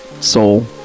soul